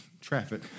traffic